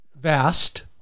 Vast